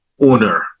owner